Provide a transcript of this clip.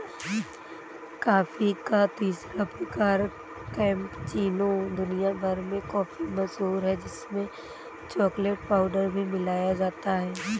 coffee का तीसरा प्रकार कैपेचीनो दुनिया भर में काफी मशहूर है जिसमें चॉकलेट पाउडर भी मिलाया जाता है